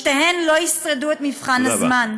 שתיהן לא ישרדו את מבחן הזמן.